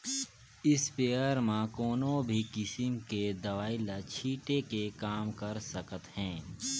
sprayer म कोनो भी किसम के दवई ल छिटे के काम कर सकत हे